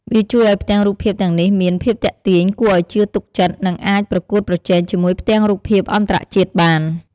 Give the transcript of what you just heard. វាជួយឱ្យផ្ទាំងរូបភាពទាំងនេះមាន ភាពទាក់ទាញ គួរឱ្យជឿទុកចិត្ត និងអាចប្រកួតប្រជែងជាមួយផ្ទាំងរូបភាពអន្តរជាតិបាន ។